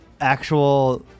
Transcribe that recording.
actual